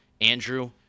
Andrew